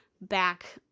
back